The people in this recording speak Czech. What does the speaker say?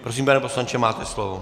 Prosím, pane poslanče, máte slovo.